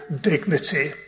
dignity